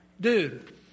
dude